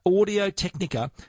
Audio-Technica